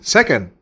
Second